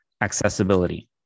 accessibility